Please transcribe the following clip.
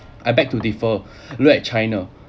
I beg to differ like china